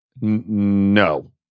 No